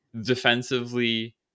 Defensively